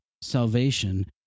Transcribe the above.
salvation